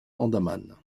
andaman